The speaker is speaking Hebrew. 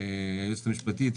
היועצת המשפטית,